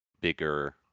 bigger